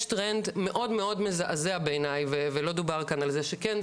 יש טרנד מאוד מאוד מזעזע בעיניי ולא דובר כאן על זה שכן,